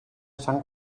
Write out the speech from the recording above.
sant